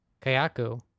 kayaku